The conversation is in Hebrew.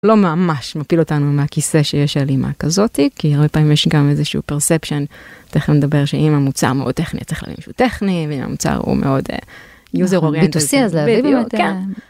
לא ממש מפיל אותנו מהכיסא שיש הלימה כזאת כי הרבה פעמים יש גם איזה שהוא perception, תכף נדבר שאם המוצר מאוד טכני צריך להגיד שהוא טכני, אם המוצר הוא מאוד user-oriented. בדיוק, כן.